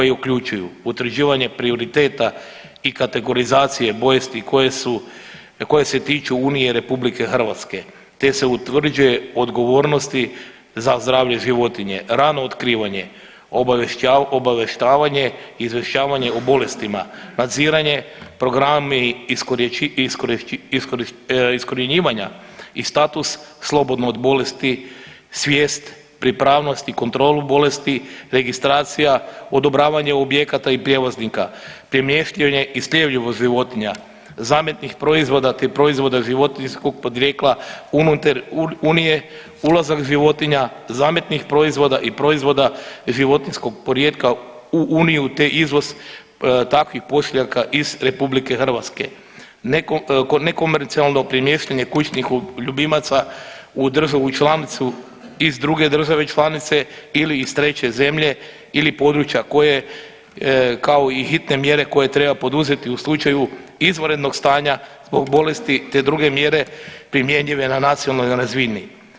uključuju utvrđivanje prioriteta i kategorizacije bolesti koje su, koje se tiču unije RH, te se utvrđuju odgovornosti za zdravlje životinje, rano otkrivanje, obavještavanje i izvještavanje o bolestima, nadziranje, programi, iskorjenjivanja i status slobodno od bolesti, svijest, pripravnost i kontrolu bolesti, registracija, odobravanje objekata i prijevoznika, premještanje i sljedivost životinja, zametnih proizvoda, te proizvoda životinjskog podrijetla unutar unije, ulazak životinja, zametnih proizvoda i proizvoda životinjskog podrijetla u uniju, te izvoz takvih pošiljaka iz RH, nekomercijalno premještanje kućnih ljubimaca u državu članicu iz druge države članice ili iz treće zemlje ili područja koje, kao i hitne mjere koje treba poduzeti u slučaju izvanrednog stanja zbog bolesti, te druge mjere primjenjive na nacionalnoj razini.